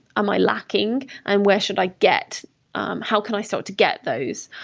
am i lacking and where should i get how can i sort to get those?